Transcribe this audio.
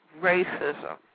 racism